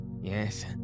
Yes